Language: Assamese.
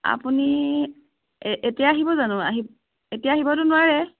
আপুনি এ এতিয়া আহিব জানো আহিব এতিয়া আহিবতো নোৱাৰে